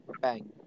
bang